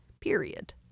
period